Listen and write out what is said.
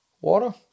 water